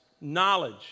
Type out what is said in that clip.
knowledge